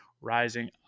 rising